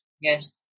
Yes